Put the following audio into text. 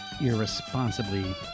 Irresponsibly